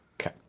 okay